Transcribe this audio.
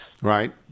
Right